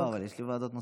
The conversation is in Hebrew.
יש לי ועדות נוספות.